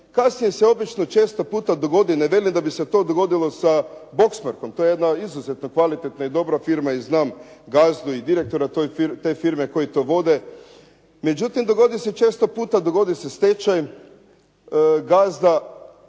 Kasnije se obično često puta dogodi, ne velim da bi se to dogodili sa Boksmarkom. To je jedna izuzetno dobara i kvalitetna firma i znam gazdu i direktora te firme koju vode. Međutim, dogodi se često puta stečaj. Gazda